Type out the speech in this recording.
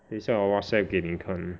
等下我 WhatsApp 给你看